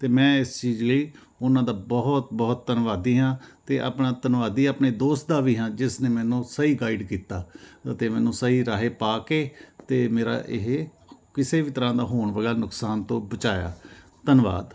ਅਤੇ ਮੈਂ ਇਸ ਚੀਜ਼ ਲਈ ਉਹਨਾਂ ਦਾ ਬਹੁਤ ਬਹੁਤ ਧੰਨਵਾਦੀ ਹਾਂ ਅਤੇ ਆਪਣਾ ਧੰਨਵਾਦੀ ਆਪਣੇ ਦੋਸਤ ਦਾ ਵੀ ਹਾਂ ਜਿਸ ਨੇ ਮੈਨੂੰ ਸਹੀ ਗਾਈਡ ਕੀਤਾ ਅਤੇ ਮੈਨੂੰ ਸਹੀ ਰਾਹ ਪਾ ਕੇ ਅਤੇ ਮੇਰਾ ਇਹ ਕਿਸੇ ਵੀ ਤਰ੍ਹਾਂ ਦਾ ਹੋਣ ਵਾਲਾ ਨੁਕਸਾਨ ਤੋਂ ਬਚਾਇਆ ਧੰਨਵਾਦ